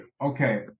Okay